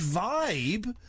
vibe